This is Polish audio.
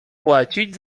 płacić